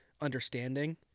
Understanding